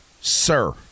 sir